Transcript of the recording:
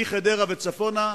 מחדרה וצפונה,